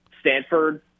Stanford